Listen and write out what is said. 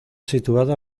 situada